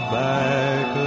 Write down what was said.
back